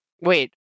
Wait